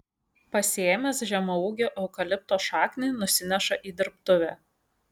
pasiėmęs žemaūgio eukalipto šaknį nusineša į dirbtuvę